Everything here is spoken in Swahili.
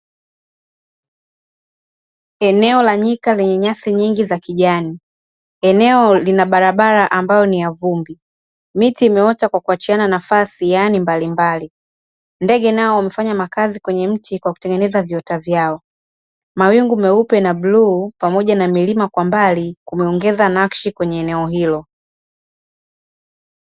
Eneo la nyika lenye nyasi nyingi za kijani, eneo lina barabara ambayo ni ya vumbi, miti imeota kwa kuachiana nafasi yaani mbalimbali ndege nao wamefanya makazi kwenye mti kwa kutengeneza viota vyao. Mawingu meupe ne bluu pamoja na milima kwa mbali kumeongeza nakshi kwenye eneo ilo.